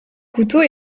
couteau